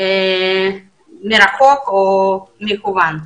לימודים מרחוק או מקוון.